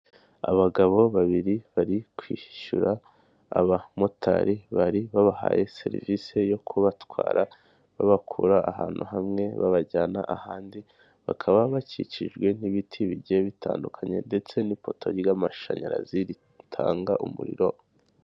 Abagabo babiri bari kwishyura abamotari bari babahaye serivisi yo kubatwara babakura ahantu hamwe babajyana ahandi, bakaba bakikijwe n'ibiti bigiye bitandukanye ndetse n'ipoto ry'amashanyarazi ritanga umuriro.